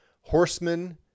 horsemen